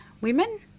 women